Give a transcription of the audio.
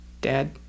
dad